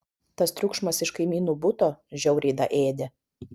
tas triukšmas iš kaimynų buto žiauriai daėdė